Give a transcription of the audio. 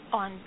on